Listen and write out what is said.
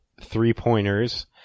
three-pointers